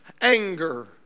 Anger